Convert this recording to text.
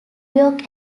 york